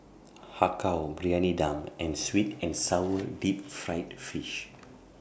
Har Kow Briyani Dum and Sweet and Sour Deep Fried Fish